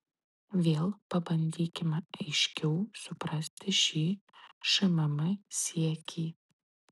vėl pabandykime aiškiau suprasti šį šmm siekį